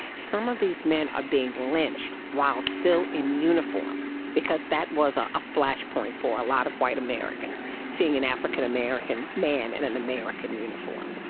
some of these men are being lynched while still in uniform because that was ah a flashpoint for a lot of white americans, seeing an african american man in an american uniform,